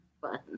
Fun